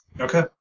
Okay